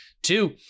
Two